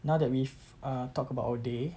now that we've uh talked about our day